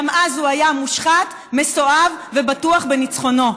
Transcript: גם הוא היה מושחת, מסואב ובטוח בניצחונו.